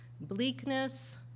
bleakness